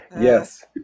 Yes